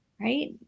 right